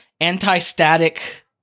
anti-static